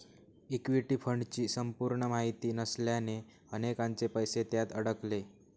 equity फंडची संपूर्ण माहिती नसल्याने अनेकांचे पैसे त्यात अडकले